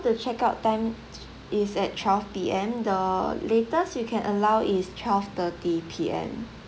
the check out time is at twelve P_M the latest we can allow is twelve thirty P_M